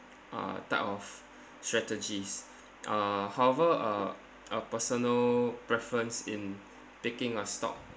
uh type of strategies uh however uh a personal preference in picking a stock